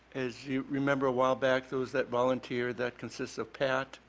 as you remember awhile back those that volunteer that consists of pat